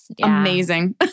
Amazing